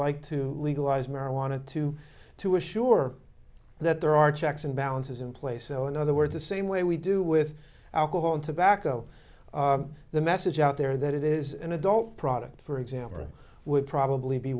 like to legalize marijuana to to assure that there are checks and balances in place so in other words the same way we do with alcohol and tobacco the message out there that it is an adult product for example would probably be